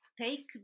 Take